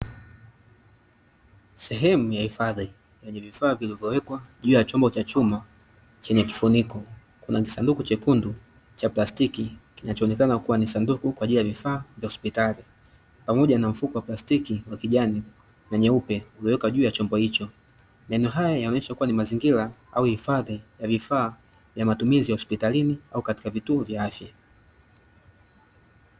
Sehemu ya hifadhi yenye vifaa vilivyowekwa juu ya chombo cha chuma chenye kifuniko. Kuna kisanduku chekundu cha plastiki, kinachoonekana kuwa ni sanduku kwa ajili ya vifaa vya hospitali pamoja na mfuko wa plastiki wa kijani na nyeupe, uliokaa juu ya chombo hicho. Maeneo haya yanaonesha kuwa ni mazingira au hifadhi ya vifaa vya matumizi ya hospitalini, au katika vituo vya afya.